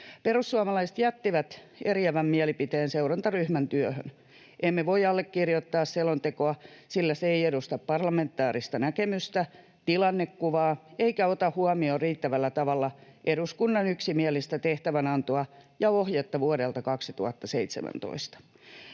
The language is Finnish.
Perussuomalaiset jättivät eriävän mielipiteen seurantaryhmän työhön. Emme voi allekirjoittaa selontekoa, sillä se ei edusta parlamentaarista näkemystä eikä tilannekuvaa eikä ota huomioon riittävällä tavalla eduskunnan yksimielistä tehtävänantoa ja ohjetta vuodelta 2017.